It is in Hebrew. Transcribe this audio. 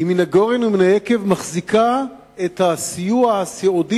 היא מן הגורן ומן היקב מחזיקה את הסיוע הסיעודי